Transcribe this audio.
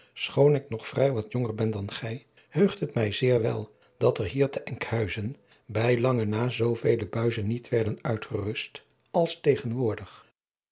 schoon ik nog vrij wat jonger ben dan gij heugt het mij zeer wel dat er hier te enkhuizen bij lang na zoovele buizen niet werden uitgerust als tegenwoordig